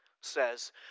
says